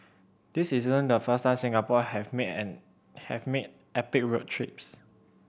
this isn't the first time Singaporean have made have made epic road trips